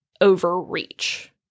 overreach